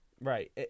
Right